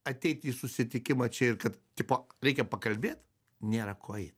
ateiti į susitikimą čia ir kad tipo reikia pakalbėt nėra ko eit